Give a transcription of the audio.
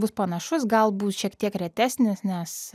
bus panašus galbūt šiek tiek retesnis nes